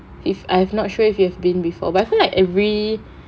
if I have not sure if you've been before but I feel like every